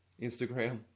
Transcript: Instagram